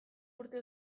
urte